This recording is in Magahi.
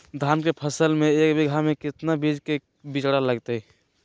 धान के फसल में एक बीघा में कितना बीज के बिचड़ा लगतय?